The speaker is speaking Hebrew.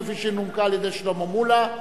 כפי שנומקה על-ידי שלמה מולה,